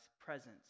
presence